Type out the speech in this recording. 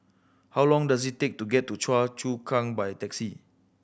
how long does it take to get to Choa Chu Kang by taxi